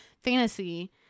fantasy